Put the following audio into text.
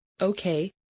Okay